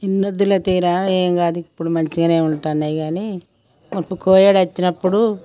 ఇన్ని వద్దులే తీరా ఏం గాదు ఇప్పుడు మంచిగానే ఉంటానై గాకాఅప్పుడు కోయోడు వచ్చినప్పుడు